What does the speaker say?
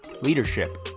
leadership